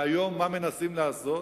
והיום, מה מנסים לעשות?